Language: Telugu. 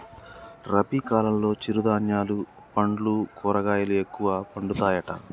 రబీ కాలంలో చిరు ధాన్యాలు పండ్లు కూరగాయలు ఎక్కువ పండుతాయట